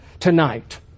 tonight